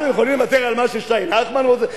אנחנו יכולים לוותר על מה ששי נחמן רוצה?